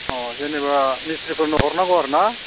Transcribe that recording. अ जेनेबा मिस्ट्रिफोरनो हरनांगौ आरो ना